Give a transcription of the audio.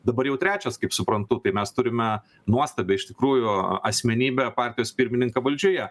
dabar jau trečias kaip suprantu mes turime nuostabią iš tikrųjų asmenybę partijos pirmininką valdžioje